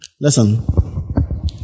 Listen